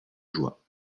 joie